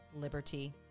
liberty